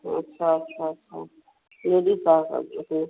अच्छा अच्छा अच्छा लेडीज वाला सब उसमें